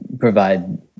provide